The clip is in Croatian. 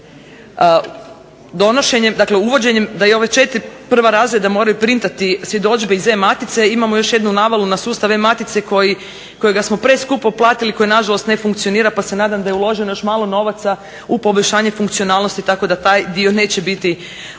uvođenjem da i ova 4 prva razreda moraju printati svjedodžbe iz e-matice imamo još jednu navalu na sustav e-matice kojega smo preskupo platili i koji nažalost ne funkcionira pa se nadam da je uloženo još malo novaca u poboljšanje funkcionalnosti tako da taj dio neće biti udar na